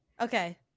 Okay